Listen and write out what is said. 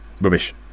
Rubbish